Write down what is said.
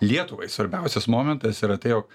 lietuvai svarbiausias momentas yra tai jog